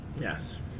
Yes